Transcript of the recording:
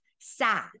Sad